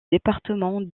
département